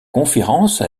conférence